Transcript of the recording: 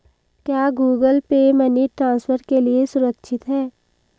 क्या Google Pay money transfer के लिए सुरक्षित है?